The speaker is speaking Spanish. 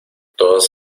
todas